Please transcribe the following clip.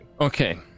Okay